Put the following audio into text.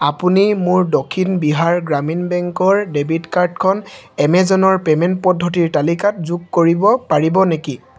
আপুনি মোৰ দক্ষিণ বিহাৰ গ্ৰামীণ বেংকৰ ডেবিট কাৰ্ডখন এমেজনৰ পে'মেণ্ট পদ্ধতিৰ তালিকাত যোগ কৰিব পাৰিব নেকি